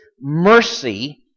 mercy